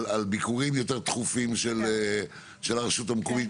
ביקורים יותר תכופים של הרשות המקומית,